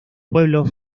pueblos